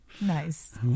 Nice